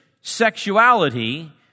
sexuality